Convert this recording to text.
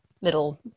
little